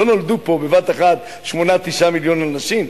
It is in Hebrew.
לא נולדו פה בבת אחת 9-8 מיליון אנשים.